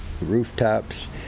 rooftops